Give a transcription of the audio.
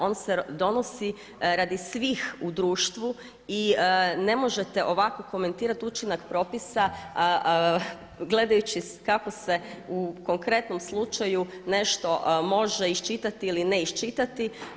On se donosi radi svih u društvu i ne možete ovako komentirati učinak propisa gledajući kako se u konkretnom slučaju nešto može iščitati ili ne iščitat.